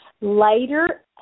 later